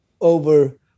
over